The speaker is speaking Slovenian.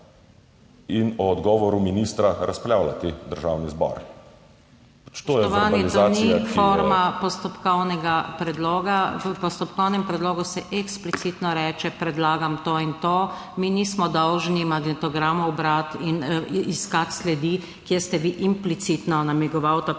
in o odgovoru ministra razpravljati državni zbor. To je verbalizacija,